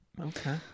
okay